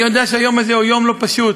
אני יודע שהיום הזה הוא יום לא פשוט.